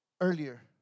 earlier